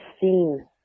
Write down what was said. seen